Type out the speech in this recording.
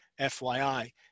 FYI